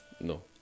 no